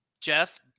Jeff